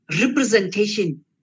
representation